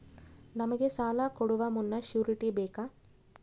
ನಮಗೆ ಸಾಲ ಕೊಡುವ ಮುನ್ನ ಶ್ಯೂರುಟಿ ಬೇಕಾ?